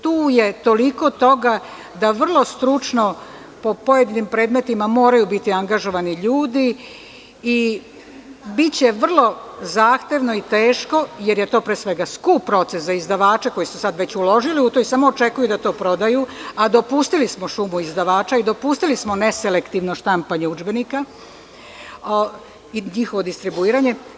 Tu je toliko toga da vrlo stručno u pojedinim predmetima moraju biti angažovani ljudi i biće vrlo zahtevno i teško, jer je to pre svega skup proces za izdavače koji su već uložili u to i samo očekuju da to prodaju, a dopustili smo šumu izdavača i dopustili smo neselektivno štampanje udžbenika i njihovo distribuiranje.